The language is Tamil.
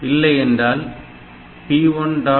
இல்லை என்றால் P 1